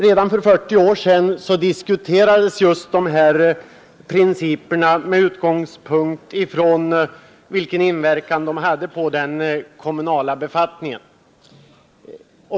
Redan för 40 år sedan diskuterades vilken inverkan dessa principer hade på den kommunala beskattningen.